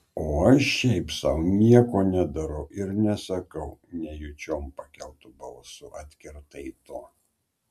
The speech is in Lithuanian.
o aš šiaip sau nieko nedarau ir nesakau nejučiom pakeltu balsu atkirtai tu